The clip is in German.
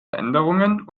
veränderungen